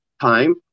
time